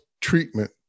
treatment